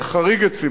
זה חריג אצלי,